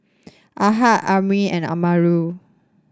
Ahad Amrin and Melur